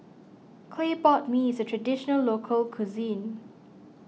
Clay Pot Mee is a Traditional Local Cuisine